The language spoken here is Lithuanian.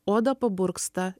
oda paburksta